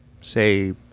say